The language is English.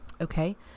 Okay